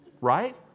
right